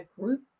group